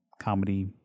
Comedy